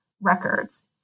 records